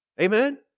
Amen